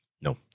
No